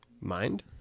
mind